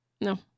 No